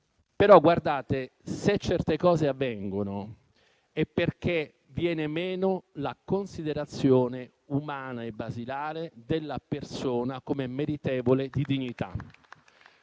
Però, guardate, se certe cose avvengono, è perché viene meno la considerazione umana e basilare della persona come meritevole di dignità.